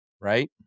right